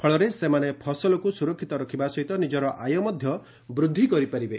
ଫଳରେ ସେମାନେ ଫସଲକୁ ସୁରକ୍ଷିତ ରଖିବା ସହିତ ନିଜର ଆୟ ମଧ୍ଧ ବୃଦ୍ଧି କରିପାରିବେ